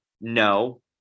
No